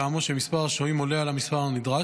שמספר השוהים עולה על המספר הנדרש,